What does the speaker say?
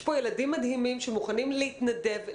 יש פה ילדים מדהימים שמוכנים להתנדב,